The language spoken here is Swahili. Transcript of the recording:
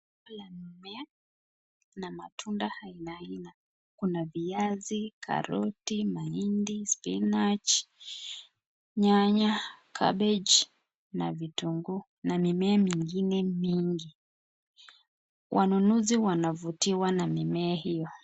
Baadhi ya mimea, kuna matunda aina aina. Kuna viazi, karoti, mahindi, spinach , nyanya, cabbage na vitunguu na mimea mingine mingi. Wanunuzi wanavutiwa na mimea hiyo.